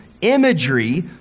imagery